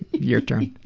your turn.